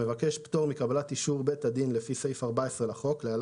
"(א) המבקש פטור מקבלת אישור בית הדין לפי סעיף 14 לחוק (להלן,